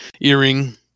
earring